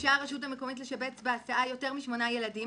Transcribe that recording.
"ביקשה הרשות המקומית לשבץ בהסעה יותר מ-8 ילדים"